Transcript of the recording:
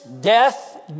death